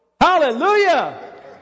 Hallelujah